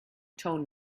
tone